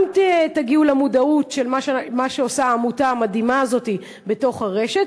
גם תגיעו למודעוּת למה שעושה העמותה המדהימה הזאת בתוך הרשת,